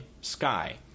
Sky